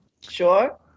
Sure